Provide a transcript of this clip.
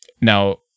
Now